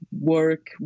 work